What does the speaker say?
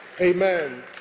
Amen